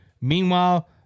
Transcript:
meanwhile